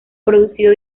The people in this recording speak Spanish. producido